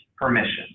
permission